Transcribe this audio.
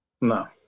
No